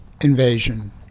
invasion